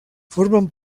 formen